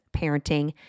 parenting